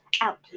Out